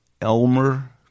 Elmer